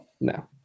no